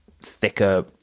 thicker